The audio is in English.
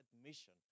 admission